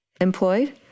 employed